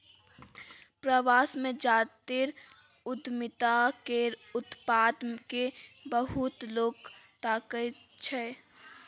प्रवास मे जातीय उद्यमिता केर उत्पाद केँ बहुत लोक ताकय छै